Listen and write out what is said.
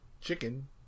chicken